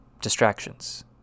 distractions